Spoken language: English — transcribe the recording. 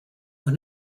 when